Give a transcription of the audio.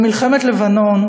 במלחמת לבנון,